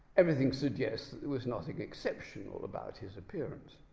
everything suggests that there was nothing unexceptional about his appearance.